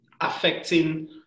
affecting